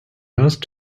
nurse